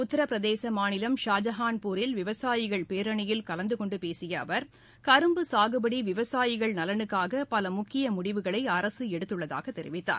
உத்தரப்பிரதேச மாநிலம் ஷாஜகான்பூரில் விவசாயிகள் பேரணியில் கலந்து கொண்டு பேசிய அவர் கரும்பு சாகுபடி விவசாயிகள் நலனுக்காக பல முக்கிய முடிவுகளை அரசு எடுத்துள்ளதாகத் தெரிவித்தார்